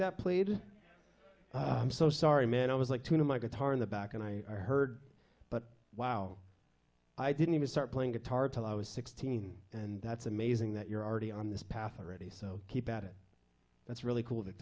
that played i'm so sorry man i was like to my guitar in the back and i heard but wow i didn't even start playing guitar till i was sixteen and that's amazing that you're already on this path already so keep at it that's really cool